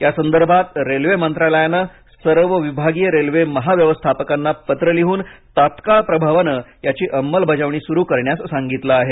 यासंदर्भात रेल्वे मंत्रालयाने सर्व विभागीय रेल्वे महाव्यवस्थापकांना पत्र लिहून तात्काळ प्रभावाने याची अंमलबजावणी सुरु करण्यास सांगितलं आहे